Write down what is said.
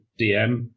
DM